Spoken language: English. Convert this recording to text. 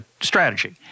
strategy